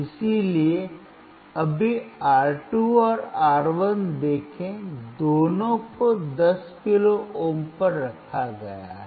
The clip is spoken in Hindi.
इसलिए अभी R2 और R1 देखें दोनों को 10 किलो ओम पर रखा गया है